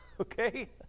Okay